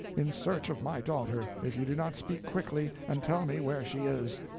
in search of my daughter, if you do not speak quickly, and tell me where she is.